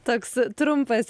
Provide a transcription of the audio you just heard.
toks trumpas